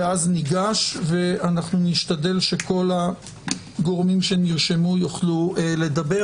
ואז אנחנו נשתדל שכל הגורמים שנרשמו יוכלו לדבר,